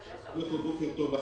בוקר טוב לכם.